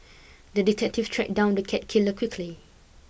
the detective tracked down the cat killer quickly